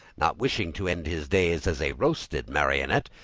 not wishing to end his days as a roasted marionette,